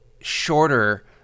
shorter